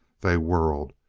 they whirled,